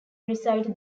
reside